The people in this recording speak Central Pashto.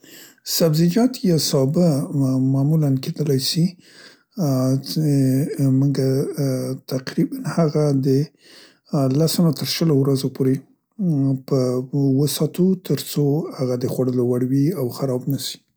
سبزیجات یا سابه معمولاً کیدلی سي ا څې مونګه ا تقریب هغه د لسو نه تر شلو ورځو پورې په وساتو تر څو هغه د خوړلو وړ وي او خراب نسي.